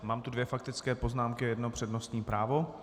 Mám tu dvě faktické poznámky a jedno přednostní právo.